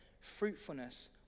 fruitfulness